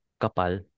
Kapal